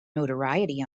notoriety